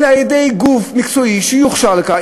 אלא על-ידי גוף מקצועי שיוכשר לכך,